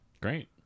Great